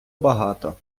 багато